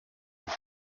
vous